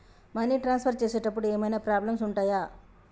Money transfer చేసేటప్పుడు ఏమైనా problems ఉంటయా?